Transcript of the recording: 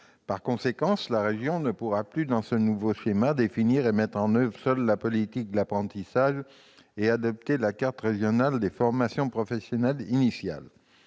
Par conséquent, la région ne pourra plus, dans ce nouveau schéma, définir et mettre en oeuvre seule la politique de l'apprentissage et adopter la carte régionale des formations professionnelles initiales.